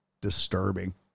disturbing